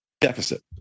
Deficit